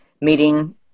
meeting